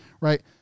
Right